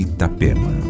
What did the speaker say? Itapema